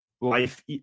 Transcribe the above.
life